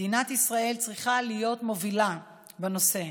מדינת ישראל צריכה להיות מובילה בנושא,